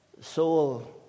soul